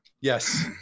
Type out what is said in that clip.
Yes